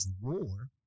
war